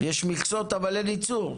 יש מכסות אבל אין ייצור?